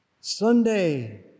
Sunday